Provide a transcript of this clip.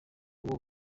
uwo